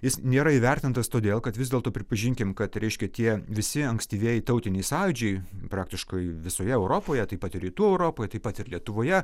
jis nėra įvertintas todėl kad vis dėlto pripažinkim kad reiškia tie visi ankstyvieji tautiniai sąjūdžiai praktiškai visoje europoje taip pat ir rytų europoj taip pat ir lietuvoje